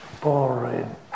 boring